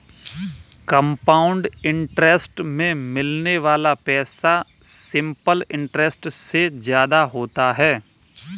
compound interest में मिलने वाला पैसा सिंपल इंटरेस्ट से ज्यादा होता है